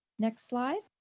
next slide.